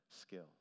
skill